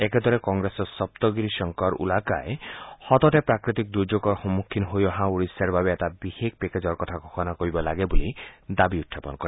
একেদৰে কংগ্ৰেছৰ সপ্তগিৰি শংকৰ উলাকাই সততে প্ৰাকৃতিক দুৰ্যোগৰ সন্মুখীন হৈ অহা ওড়িশাৰ বাবে এটা বিশেষ পেকেজৰ ঘোষণা কৰিব লাগে বুলি দাবী উখাপন কৰে